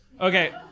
Okay